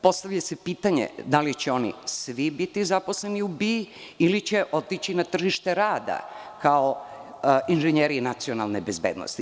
Postavlja se pitanje – da li će oni svi biti zaposleni u BIA ili će otići na tržište rada kao inženjeri nacionalne bezbednosti?